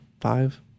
five